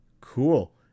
Cool